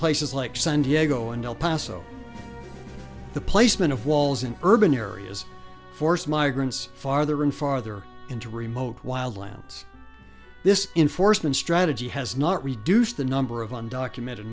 places like san diego and el paso the placement of walls in urban areas forced migrants farther and farther into remote wild lands this in forstmann strategy has not reduced the number of undocumented